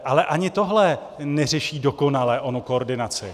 Ale ani tohle neřeší dokonale onu koordinaci.